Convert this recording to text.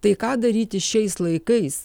tai ką daryti šiais laikais